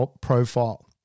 profile